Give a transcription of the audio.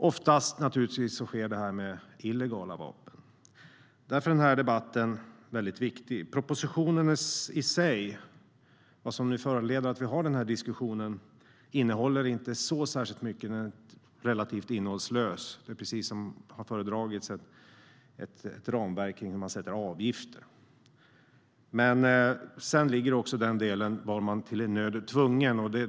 Oftast sker det här med illegala vapen. Därför är den här debatten viktig. Propositionen i sig, den som föranleder att vi har den här diskussionen, innehåller inte särskilt mycket. Den är relativt innehållslös. Precis som har föredragits har vi delen om ett ramverk för hur man sätter avgifter. Men vi har också delen om vad man är nödd och tvungen till.